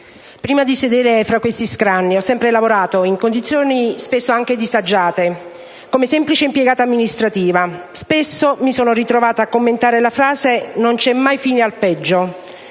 prima di sedere fra questi scranni ho sempre lavorato, in condizioni spesso anche disagiate, come semplice impiegata amministrativa. Spesso mi sono ritrovata a commentare la frase: «Non c'è mai fine al peggio».